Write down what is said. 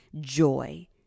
joy